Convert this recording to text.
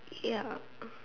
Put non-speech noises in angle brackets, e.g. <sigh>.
ya <noise>